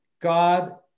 God